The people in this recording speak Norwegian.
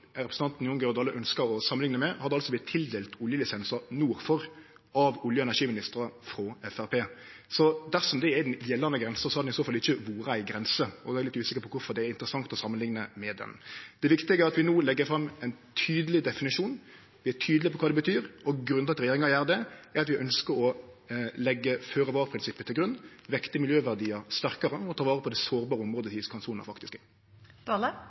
representanten Jon Georg Dale ønskjer å samanlikne med, hadde det altså vorte tildelt oljelisensar av olje- og energiministrar frå Framstegspartiet. Dersom det er gjeldande grense, har ho i så fall ikkje vore ei grense, og eg er litt usikker på kvifor det er interessant å samanlikne med denne. Det viktige er at vi no legg fram ein tydeleg definisjon og er tydelege på kva det betyr. Grunnen til at regjeringa gjer det, er at vi ønskjer å leggje føre-var-prinsippet til grunn, vekte miljøverdiar sterkare og ta vare på det sårbare området som iskantsona faktisk